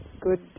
good